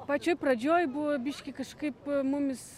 pačioj pradžioj buvo biškį kažkaip mumis